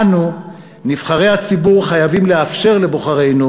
אנו, נבחרי הציבור, חייבים לאפשר לבוחרינו